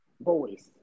boys